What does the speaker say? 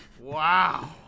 Wow